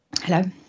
Hello